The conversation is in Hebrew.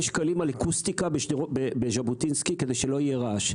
שקלים על אקוסטיקה בז'בוטינסקי כדי שלא יהיה רעש.